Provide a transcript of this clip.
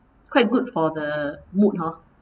quite good for the mood hor